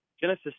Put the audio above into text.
Genesis